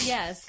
Yes